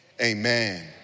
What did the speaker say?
amen